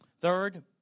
Third